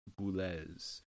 Boulez